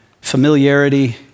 familiarity